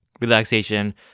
Relaxation